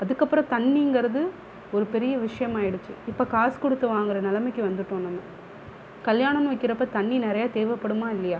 அதுக்கப்புறோம் தண்ணிங்கிறது ஒரு பெரிய விஷயமாயிடுச்சி இப்போ காஸ் கொடுத்து வாங்கிற நிலமைக்கு வந்துட்டோம் நம்ம கல்யாணோன்னு வைக்கிறப்ப தண்ணி நிறைய தேவைப்படுமா இல்லையா